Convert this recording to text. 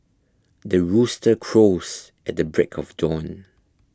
the rooster crows at the break of dawn